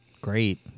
great